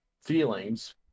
feelings